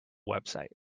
website